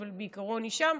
אבל בעיקרון היא שם,